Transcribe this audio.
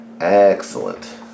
Excellent